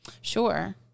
Sure